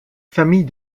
famille